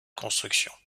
construction